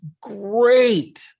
great